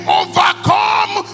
overcome